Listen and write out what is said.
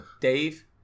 Dave